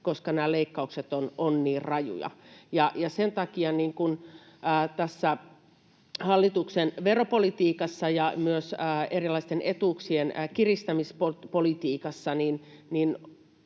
koska nämä leikkaukset ovat niin rajuja. Sen takia hallituksen veropolitiikassa ja myös erilaisten etuuksien kiristämispolitiikassa